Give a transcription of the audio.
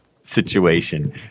situation